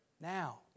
now